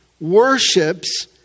worships